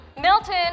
Milton